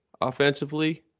offensively